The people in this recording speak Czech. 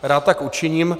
Rád tak učiním.